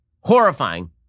horrifying